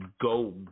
go